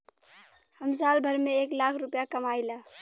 हम साल भर में एक लाख रूपया कमाई ला